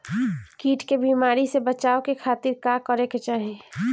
कीट के बीमारी से बचाव के खातिर का करे के चाही?